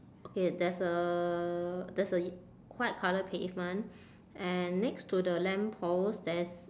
okay there's a there's a white colour pavement and next to the lamp post there's